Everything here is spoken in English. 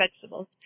vegetables